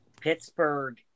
Pittsburgh